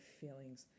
feelings